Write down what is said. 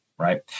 right